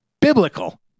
biblical